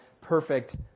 perfect